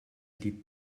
die